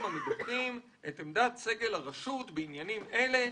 המדווחים את עמדת סגל הרשות בעניינים אלה,